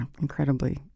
incredibly